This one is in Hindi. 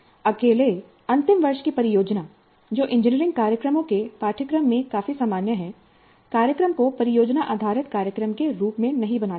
अकेले अंतिम वर्ष की परियोजना जो इंजीनियरिंग कार्यक्रमों के पाठ्यक्रम में काफी सामान्य है कार्यक्रम को परियोजना आधारित कार्यक्रम के रूप में नहीं बनाती है